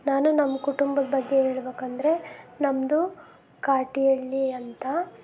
ನಾನು ನಮ್ಮ ಕುಟುಂಬದ ಬಗ್ಗೆ ಹೇಳ್ಬೇಕಂದ್ರೆ ನಮ್ಮದು ಕಾಟಿಹಳ್ಳಿ ಅಂತ